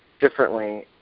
differently